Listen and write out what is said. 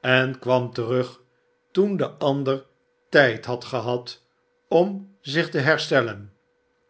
en kwam terug toen de ander tijd had gehad om zich te herstehen